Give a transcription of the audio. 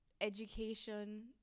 education